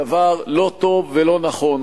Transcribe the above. דבר לא טוב ולא נכון.